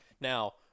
Now